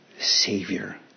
Savior